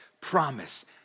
promise